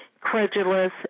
credulous